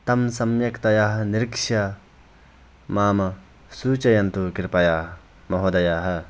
तं सम्यक्तया निरीक्ष्य मां सूचयन्तु कृपया महोदयः